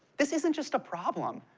this isn't just a problem,